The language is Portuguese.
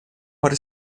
para